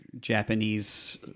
Japanese